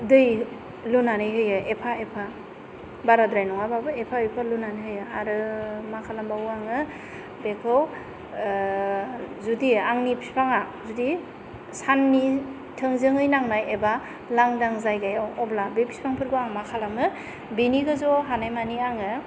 दै लुनानै होयो एफा एफा बाराद्राय नङाबाबो एफा एफा लुनानै होयो आरो मा खालामबावो आङो बेखौ जुदि आंनि बिफांआ जुदि साननि थोंजोङै नांनाय एबा लांदां जायगायाव अब्ला बे बिफांफोरखौ आं मा खालामो बेनि गोजौआव हानायमानि आङो